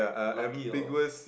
lucky or